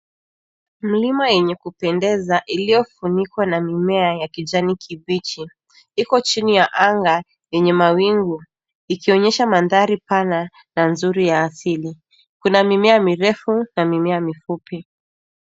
Mlima yenye kupendeza iliyofunikwa na mimea ya kijani kibichi iko chini ya anga yenye mawingu ikionyesha mandhari pana na nzuri ya asili ,kuna mimea mirefu na mimea mifupi.